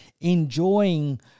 enjoying